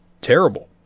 terrible